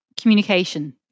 communication